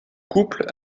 couple